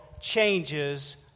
changes